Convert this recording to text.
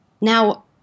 Now